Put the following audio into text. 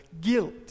guilt